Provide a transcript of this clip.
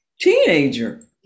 teenager